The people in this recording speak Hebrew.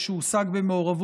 וחוזרת להמשך דיון בוועדת